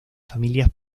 familias